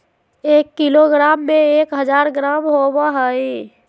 एक किलोग्राम में एक हजार ग्राम होबो हइ